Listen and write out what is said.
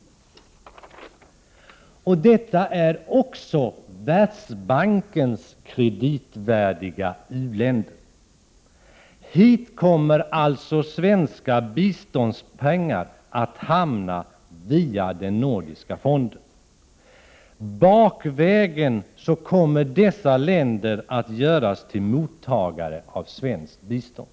De här länderna är också Världsbankens kreditvärdiga u-länder. Här kommer alltså svenska biståndspengar att Prot. 1988/89:35 hamna, via den nordiska utvecklingsfonden. Bakvägen kommer dessa länder 30 november 1988 att göras till mottagare av svenskt bistånd.